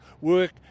work